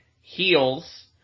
heels